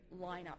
lineup